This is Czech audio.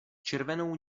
červenou